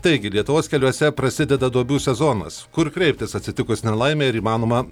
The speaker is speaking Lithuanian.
taigi lietuvos keliuose prasideda duobių sezonas kur kreiptis atsitikus nelaimei ar įmanoma